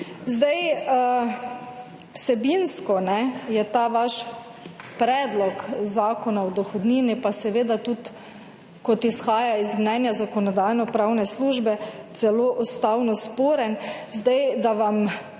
Vsebinsko je ta vaš predlog Zakona o dohodnini pa seveda tudi kot izhaja iz mnenja Zakonodajno-pravne službe celo ustavno sporen. Sedaj, da vam